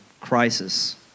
crisis